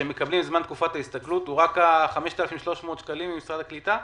שהם מקבלים לזמן תקופת ההסתכלות הוא רק 5,300 ממשרד הקליטה?